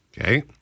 okay